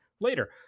later